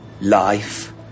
Life